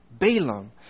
Balaam